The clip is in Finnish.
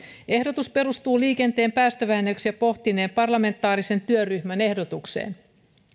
ehdotus perustuu liikenteen päästövähennyksiä pohtineen parlamentaarisen työryhmän ehdotukseen